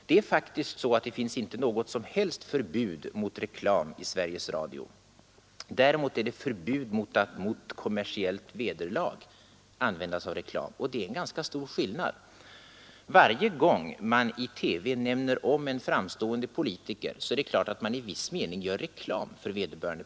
Det finns faktiskt inget förbud mot reklam i Sveriges Radio! Däremot finns det förbud mot att mot kommersiellt vederlag använda sig av reklam. Det är en ganska stor skillnad. Varje gång man i TV nämner en framstående politiker gör man naturligtvis i viss mening reklam för vederbörande.